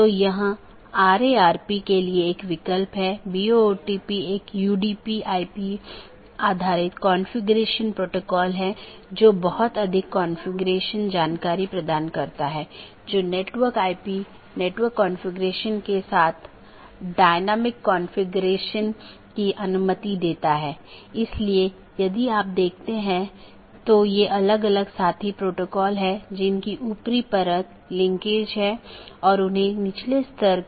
इसलिए जो हम देखते हैं कि मुख्य रूप से दो तरह की चीजें होती हैं एक है मल्टी होम और दूसरा ट्रांजिट जिसमे एक से अधिक कनेक्शन होते हैं लेकिन मल्टी होमेड के मामले में आप ट्रांजिट ट्रैफिक की अनुमति नहीं दे सकते हैं और इसमें एक स्टब प्रकार की चीज होती है जहां केवल स्थानीय ट्रैफ़िक होता है मतलब वो AS में या तो यह उत्पन्न होता है या समाप्त होता है